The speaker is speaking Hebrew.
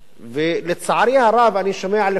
ולצערי הרב אני שומע לפעמים